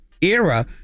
era